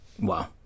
wow